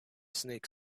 snake